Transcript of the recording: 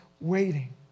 waiting